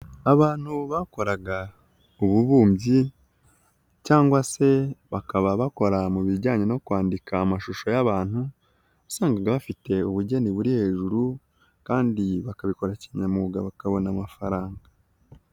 Abantu bakoraga ubu bumbyi cyangwa se bakaba bakora mu bijyanye no kwandika amashusho yabantu, wasanga ga bafite ubujyeni buri hejuru kandi bakabikora kinyamwuga bakabona amafaranga.